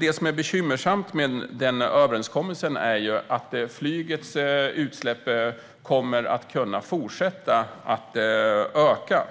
Det som är bekymmersamt med den överenskommelsen är att flygets utsläpp kommer att kunna fortsätta att öka.